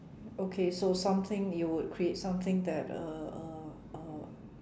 okay so something you would create something that uh uh uh